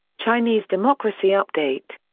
chinese democracy update.